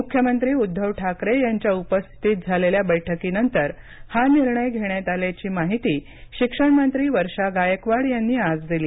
मुख्यमंत्री उद्धव ठाकरे यांच्या उपस्थितीत झालेल्या बैठकीनंतर हा निर्णय घेण्यात आल्याची माहिती शिक्षण मंत्री वर्षा गायकवाड यांनी आज दिली